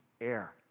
air